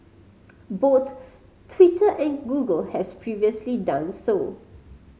both Twitter and Google have previously done so